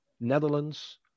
Netherlands